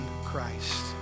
Christ